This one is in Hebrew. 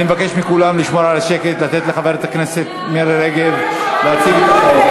אני מבקש מכולם לשמור על השקט ולתת לחברת הכנסת מירי רגב להציג את החוק.